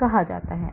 कहा जाता है और फिर बायोएक्टिव संवहन क्या है